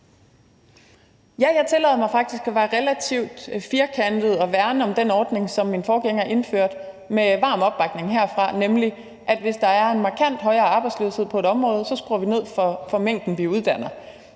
jeg tillader mig faktisk at være relativt firkantet og værne om den ordning, som min forgænger indførte med varm opbakning herfra, nemlig at hvis der er en markant højere arbejdsløshed på et område, skruer vi ned for mængden, vi uddanner.